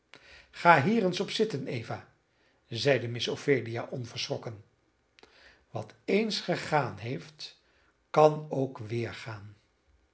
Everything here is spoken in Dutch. ga hier eens op zitten eva zeide miss ophelia onverschrokken wat eens gegaan heeft kan ook weer